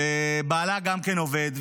ובעלה גם כן עובד,